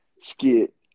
skit